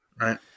Right